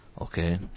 Okay